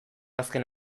azken